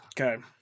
Okay